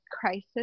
crisis